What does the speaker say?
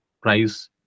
price